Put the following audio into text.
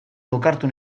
lokartu